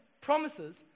promises